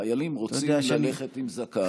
חיילים רוצים ללכת עם זקן.